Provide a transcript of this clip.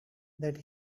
that